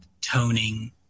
toning